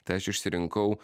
tai aš išsirinkau